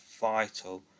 vital